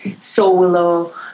solo